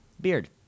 beard